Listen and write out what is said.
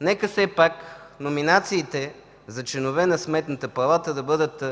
нека все пак номинациите за членове на Сметната палата да бъдат